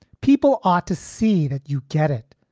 people ought to see that you get it,